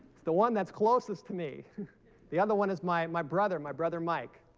it's the one that's closest to me the other one is my my brother my brother mike